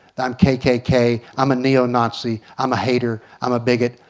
i'm kkk, i'm a neo-nazi, i'm a hater i'm a bigot.